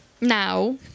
Now